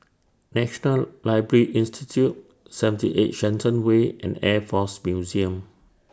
National Library Institute seventy eight Shenton Way and Air Force Museum